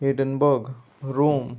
Edinburgh Rome